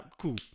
Cool